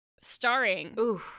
Starring